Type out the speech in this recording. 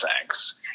thanks